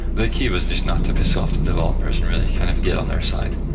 the key was just not to piss off the developers and really kind of get on their side.